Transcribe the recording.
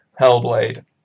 Hellblade